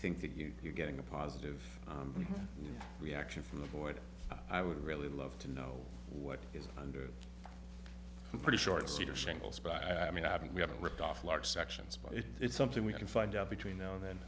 that you're getting a positive reaction from the board i would really love to know what is under pretty short cedar shingles but i mean i haven't we haven't ripped off large sections but if it's something we can find out between now and then